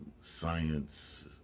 Science